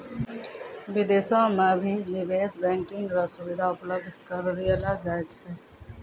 विदेशो म भी निवेश बैंकिंग र सुविधा उपलब्ध करयलो जाय छै